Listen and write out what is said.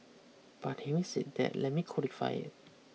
but having said that let me qualify it